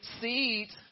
Seeds